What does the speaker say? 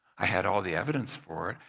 i had all the evidence for it.